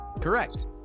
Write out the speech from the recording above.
Correct